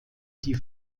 die